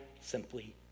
simply